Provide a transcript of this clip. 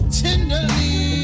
tenderly